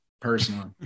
personally